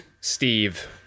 Steve